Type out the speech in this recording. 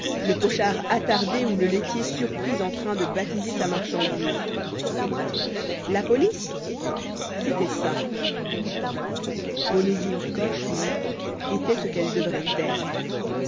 le pochard attardé ou le laitier surpris en train de baptiser sa marchandise la police c'était ça onésime coche lui était ce qu'elle devrait être